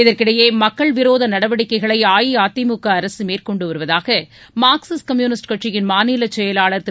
இதற்கிடையே மக்கள் விரோத நடவடிக்கைகளை அஇஅதிமுக அரசு மேற்கொண்டு வருவதாக மார்க்சிஸ்ட் கம்யூனிஸ்ட் கட்சியின் மாநிலச் செயலாளர் திரு